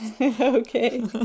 Okay